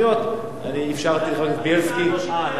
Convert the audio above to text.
אני אפשרתי לחבר הכנסת בילסקי להגיע.